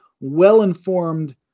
well-informed